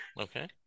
Okay